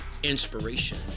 inspiration